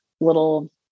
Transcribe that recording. little